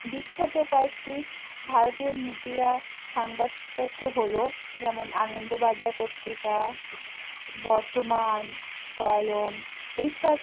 বিখ্যাত কয়েকটি ভারতীয় মিডিয়া সাংবাদপত্র হলো যেমন আনন্দবাজার পত্রিকা বর্তমান কলম এই সব